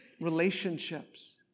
relationships